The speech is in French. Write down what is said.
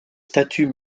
statues